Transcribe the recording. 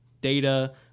data